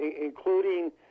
including